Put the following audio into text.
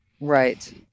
Right